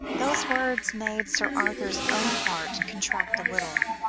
those words made sir arthur's own heart contract a little,